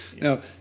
Now